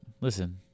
listen